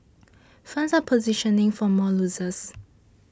funds are positioning for more losses